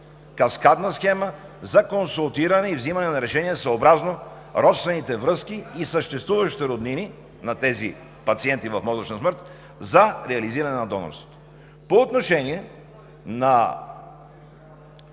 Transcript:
каскадна схема за консултиране и взимане на решения съобразно родствените връзки и съществуващите роднини на тези пациенти в мозъчна смърт за реализиране на донорството. По отношение на